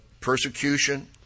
persecution